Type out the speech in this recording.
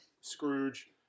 Scrooge